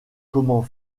comment